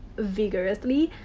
vigorously,